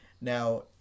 now